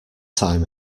time